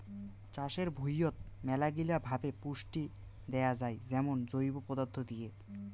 চাষের ভুঁইয়ত মেলাগিলা ভাবে পুষ্টি দেয়া যাই যেমন জৈব পদার্থ দিয়ে